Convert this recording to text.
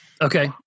Okay